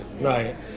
Right